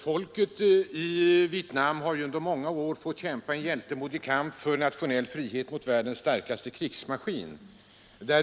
Folket i Vietnam har under många år fått kämpa en hjältemodig kamp för nationell frihet mot världens starkaste krigsmaskin.